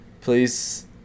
Please